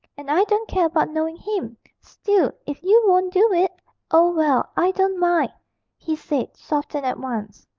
and i don't care about knowing him still, if you won't do it oh, well, i don't mind he said, softened at once.